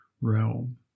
realm